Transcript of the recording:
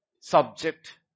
subject